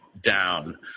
down